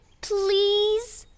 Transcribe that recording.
Please